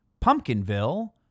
Pumpkinville